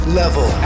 level